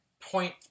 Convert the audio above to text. point